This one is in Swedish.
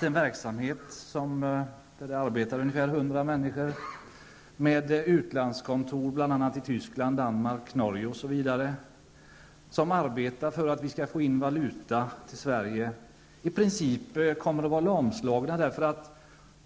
en verksamhet som sysselsätter ungefär 100 personer, med utlandskontor bl.a. i Tyskland, Danmark och Norge. Rådet arbetar för att vi skall få in valuta till Sverige, men innebörden i regleringsbrevet är ju att verksamheten i princip kommer att lamslås.